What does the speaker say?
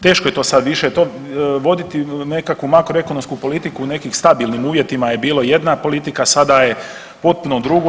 Teško je to sad više voditi nekakvu makro ekonomsku politiku, u nekim stabilnim uvjetima je bila jedna politika, sada je potpuno drugo.